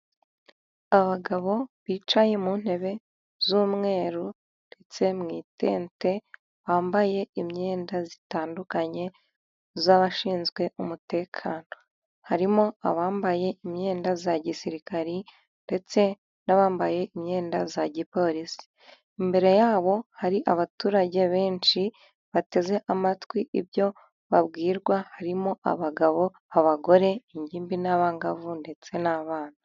Inkwavu eshatu ziryamye, ururi hagati rufite ibara ry'umweru, ururi imbere rukagira ibara ry'umukara, ku zuru rukagira ibara ry'umweru, ururi inyuma rufite ibara ry'umukara ku mutwe, mu gituza hakaba ibara ry'umweru, urukwavu ni rwiza rwororoka vuba.